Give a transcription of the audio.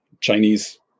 Chinese